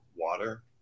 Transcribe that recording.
water